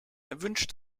erwünscht